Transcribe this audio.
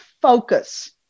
focus